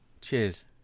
Cheers